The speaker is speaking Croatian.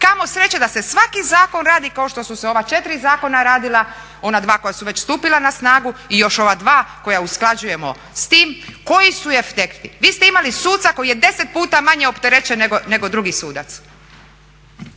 kamo sreće da se svaki zakon radi kao što su se ova četiri zakona radila, ona dva koja su već stupila na snagu i još ova dva koja usklađujemo s tim. Koji su efekti? Vi ste imali suca koji je 10 puta manje opterećen nego drugi sudac,